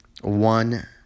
one